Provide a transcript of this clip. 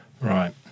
Right